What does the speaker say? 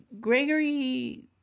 Gregory